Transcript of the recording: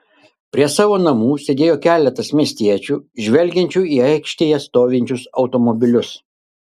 prie savo namų sėdėjo keletas miestiečių žvelgiančių į aikštėje stovinčius automobilius